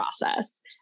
process